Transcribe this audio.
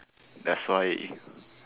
that's why